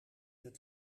het